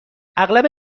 اغلب